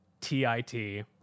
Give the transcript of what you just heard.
T-I-T